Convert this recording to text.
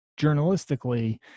journalistically